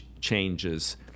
changes